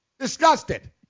disgusted